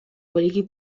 poliki